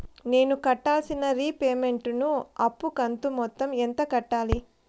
నేను కట్టాల్సిన రీపేమెంట్ ను అప్పు కంతు మొత్తం ఎంత కట్టాలి?